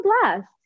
blast